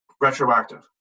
retroactive